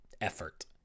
effort